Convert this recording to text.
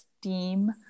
steam